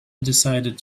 decided